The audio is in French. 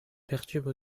perturbe